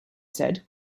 said